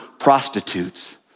prostitutes